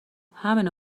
همینو